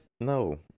No